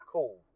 Cool